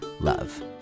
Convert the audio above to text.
love